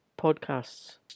Podcasts